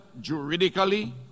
juridically